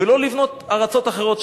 ולא לבנות ארצות אחרות.